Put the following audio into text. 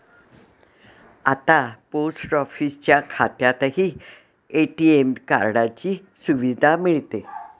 आता पोस्ट ऑफिसच्या खात्यातही ए.टी.एम कार्डाची सुविधा मिळते